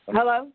Hello